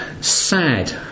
sad